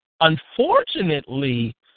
Unfortunately